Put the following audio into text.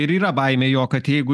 ir yra baimė jog kad jeigu